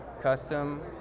custom